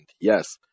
Yes